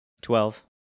Twelve